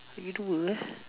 lagi dua eh